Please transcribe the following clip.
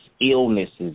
illnesses